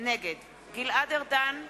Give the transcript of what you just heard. נגד גלעד ארדן,